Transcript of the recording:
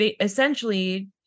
essentially